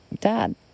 dad